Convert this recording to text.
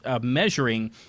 measuring